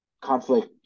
conflict